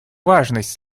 важность